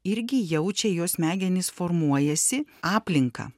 irgi jaučia jo smegenys formuojasi aplinką